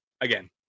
again